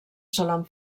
solen